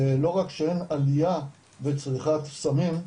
לא רק שאין עלייה בצריכת סמים,